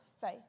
faith